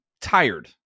tired